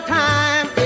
time